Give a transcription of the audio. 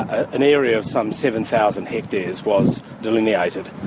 an area of some seven thousand hectares was delineated.